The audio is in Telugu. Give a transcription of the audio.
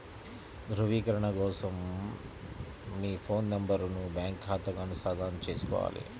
ధ్రువీకరణ కోసం మీ ఫోన్ నెంబరును బ్యాంకు ఖాతాకు అనుసంధానం చేసుకోవాలి